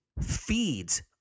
feeds